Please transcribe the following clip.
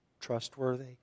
trustworthy